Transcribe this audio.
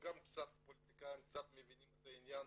גם הפוליטיקאים קצת מבינים את העניין.